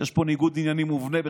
יש פה בכלל ניגוד עניינים מובנה.